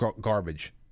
garbage